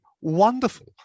wonderful